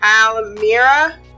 Almira